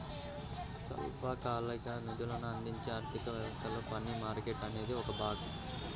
స్వల్పకాలిక నిధులను అందించే ఆర్థిక వ్యవస్థలో మనీ మార్కెట్ అనేది ఒక భాగం